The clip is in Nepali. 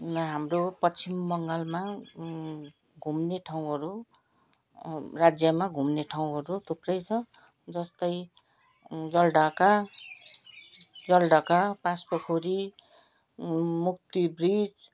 हाम्रो पश्चिम बङ्गालमा घुम्ने ठाउँहरू राज्यमा घुम्ने ठाउँहरू थुप्रै छ जस्तै जलढाका जलढाका पाँचपोखरी मुक्ति ब्रिज